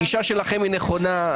הגישה שלכם היא נכונה,